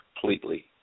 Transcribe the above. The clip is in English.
completely